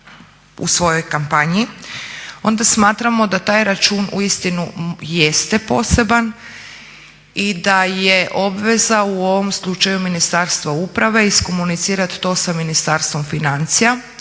u svojoj kampanji onda smatramo da taj račun uistinu jeste poseban i da je obveza u ovom slučaju Ministarstva uprave iskomunicirati to sa Ministarstvom financija.